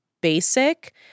basic